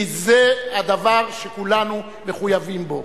כי זה הדבר שכולנו מחויבים בו.